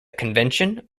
convention